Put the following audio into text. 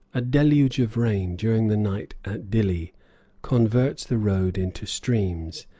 a deluge of rain during the night at dilli converts the road into streams,